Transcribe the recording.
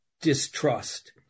distrust